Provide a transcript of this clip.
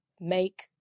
make